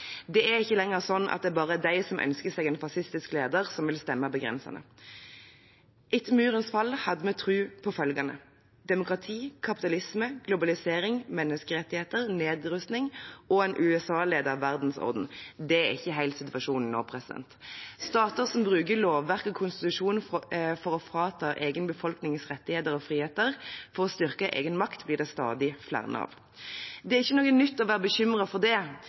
Det er ikke lenger sånn at det er bare de som ønsker seg en fascistisk leder, som vil stemme begrensende. Etter murens fall hadde vi tro på følgende: demokrati, kapitalisme, globalisering, menneskerettigheter, nedrustning og en USA-ledet verdensorden. Det er ikke helt situasjonen nå. Stater som bruker lovverk og konstitusjon for å frata egen befolkning rettigheter og friheter for å styrke egen makt, blir det stadig flere av. Det er ikke noe nytt å være bekymret for